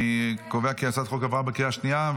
אני קובע כי הצעת החוק עברה בקריאה שנייה.